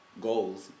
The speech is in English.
goals